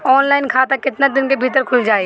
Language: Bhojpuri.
ऑनलाइन खाता केतना दिन के भीतर ख़ुल जाई?